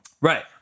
Right